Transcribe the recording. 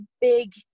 big